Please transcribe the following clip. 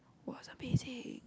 was amazing